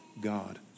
God